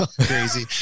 crazy